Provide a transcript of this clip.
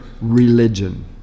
religion